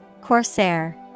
Corsair